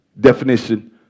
definition